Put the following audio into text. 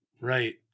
right